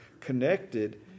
connected